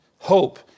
Hope